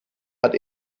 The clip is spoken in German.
hat